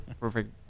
perfect